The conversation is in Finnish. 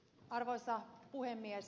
arvoisa puhemies